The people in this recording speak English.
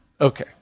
Okay